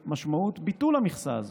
למשמעות של ביטול המכסה הזאת.